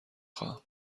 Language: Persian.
خواهم